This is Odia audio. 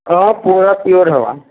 ହଁ ପୁରା ପିଓର ହେବା